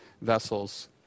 vessels